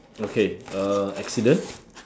okay uh accident